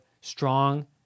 strong